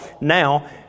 now